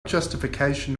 justification